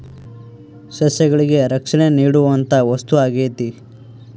ಸಸ್ಯಗಳಿಗೆ ರಕ್ಷಣೆ ನೇಡುವಂತಾ ವಸ್ತು ಆಗೇತಿ